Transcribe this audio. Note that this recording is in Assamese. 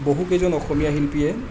বহু কেইজন অসমীয়া শিল্পীয়ে